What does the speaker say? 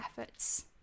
efforts